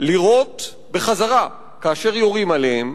לירות בחזרה כאשר יורים עליהם,